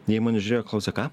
jie į mane žiūrėjo klausė ką